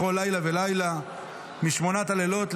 בכל לילה ולילה משמונת הלילות,